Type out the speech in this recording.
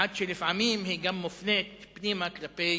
עד שלפעמים היא מופנית גם פנימה, כלפי